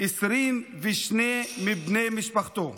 22 מבני משפחתו,